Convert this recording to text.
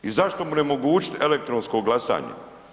I zašto mu ne omogućit elektronsko glasanje?